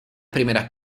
primeras